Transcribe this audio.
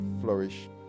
flourish